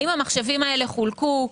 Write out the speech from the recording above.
האם המחשבים הללו חולקו?